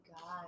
God